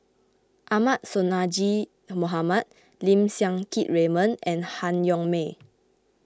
Ahmad Sonhadji Mohamad Lim Siang Keat Raymond and Han Yong May